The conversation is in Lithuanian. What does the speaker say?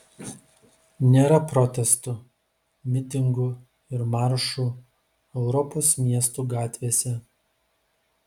nėra protestų mitingų ir maršų europos miestų gatvėse